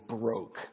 broke